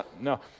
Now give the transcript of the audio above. no